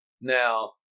Now